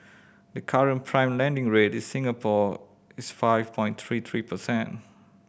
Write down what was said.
the current prime lending rate in Singapore is five point three three precent